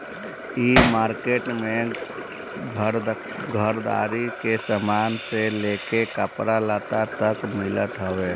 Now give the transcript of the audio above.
इ मार्किट में घरदारी के सामान से लेके कपड़ा लत्ता तक मिलत हवे